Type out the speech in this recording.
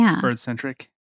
bird-centric